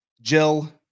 Jill